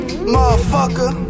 Motherfucker